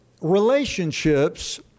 relationships